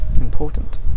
important